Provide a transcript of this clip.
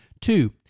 Two